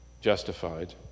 justified